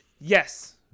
Yes